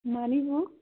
मानि बुक